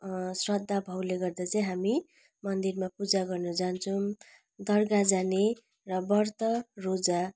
श्रद्धा भावले गर्दा चाहिँ हामी मन्दिरमा पूजा गर्न जान्छौँ दर्गा जाने र व्रत रोजा